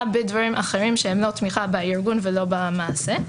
בדברים אחרים שהם לא תמיכה בארגון ולא במעשה.